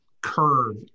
curve